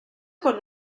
con